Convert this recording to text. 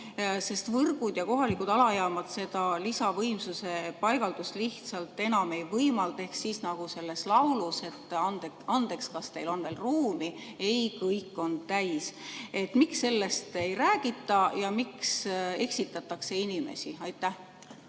sest võrgud ja kohalikud alajaamad seda lisavõimsuse paigaldust lihtsalt enam ei võimalda. Ehk nagu selles laulus: "Andeks, kas teil on veel ruumi? Ei, kõik on täis." Miks sellest ei räägita ja miks eksitatakse inimesi? Kaja